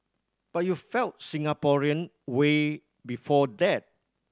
but you felt Singaporean way before that